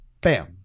bam